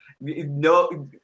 no